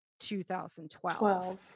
2012